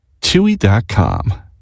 Chewy.com